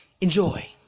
Enjoy